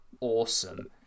awesome